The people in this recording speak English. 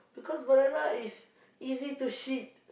because banana is easy to shit